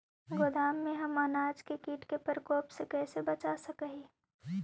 गोदाम में हम अनाज के किट के प्रकोप से कैसे बचा सक हिय?